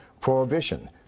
prohibition